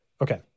Okay